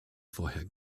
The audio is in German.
vorher